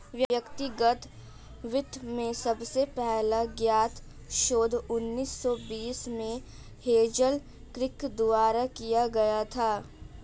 व्यक्तिगत वित्त में सबसे पहला ज्ञात शोध उन्नीस सौ बीस में हेज़ल किर्क द्वारा किया गया था